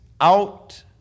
out